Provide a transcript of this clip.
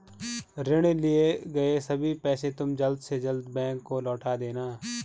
ऋण लिए गए सभी पैसे तुम जल्द से जल्द बैंक को लौटा देना